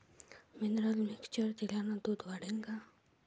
Mineral mixture दिल्यानं दूध वाढीनं का?